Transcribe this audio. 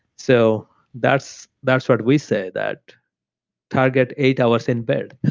so that's that's what we say that target eight hours in bed.